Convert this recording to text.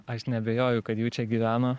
aš neabejoju kad jų čia gyveno